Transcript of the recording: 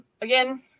again